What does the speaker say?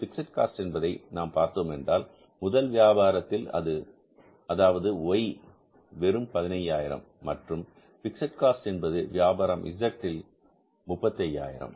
fixed cost என்பதை நாம் பார்த்தோமென்றால் முதல் வியாபாரத்தில் அதாவது Y வெறும் 15000 மற்றும் பிக்ஸட் காஸ்ட் என்பது வியாபாரம் Z 35000 ரூபாய்